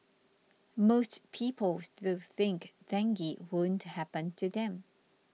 most people still think dengue won't happen to them